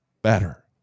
Better